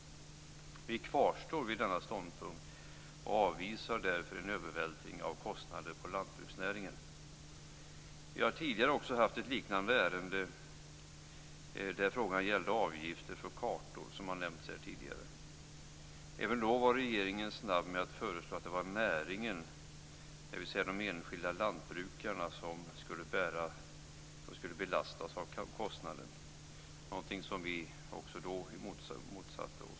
Vi kvarstår vid denna ståndpunkt och avvisar därför en övervältring av kostnader på lantbruksnäringen. Vi har tidigare också haft ett liknande ärende där frågan gällde avgifter för kartor, som har nämnts här tidigare. Även då var regeringen snabb att föreslå att det var näringen, dvs. de enskilda lantbrukarna som skulle belastas med kostnaden. Något som vi även då motsatte oss.